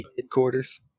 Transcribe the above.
headquarters